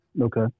Okay